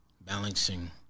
balancing